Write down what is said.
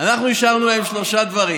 אנחנו השארנו להם שלושה דברים.